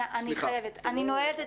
אני נועלת את